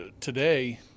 today